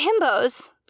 himbos